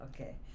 okay